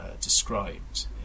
described